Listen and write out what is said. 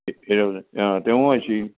হীৰক জয়ন্তীত তেওঁও আহিছিল